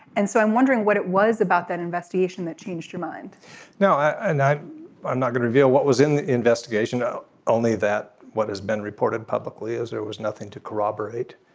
and so i'm wondering what it was about that investigation that changed your mind no and i'm i'm not gonna reveal what was in the investigation. only that what has been reported publicly is there was nothing to corroborate.